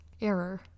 error